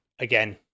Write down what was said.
Again